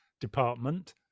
department